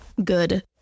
good